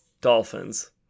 Dolphins